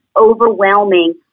overwhelming